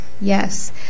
Yes